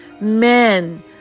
men